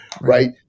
right